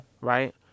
right